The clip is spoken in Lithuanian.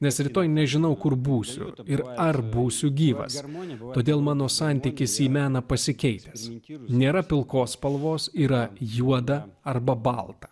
nes rytoj nežinau kur būsiu ir ar būsiu gyvas armonika todėl mano santykis į meną pasikeitęs ir nėra pilkos spalvos yra juoda arba balta